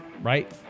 Right